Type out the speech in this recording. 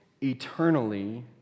eternally